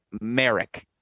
Merrick